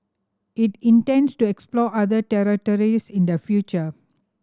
it intends to explore other territories in the future